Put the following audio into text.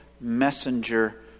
messenger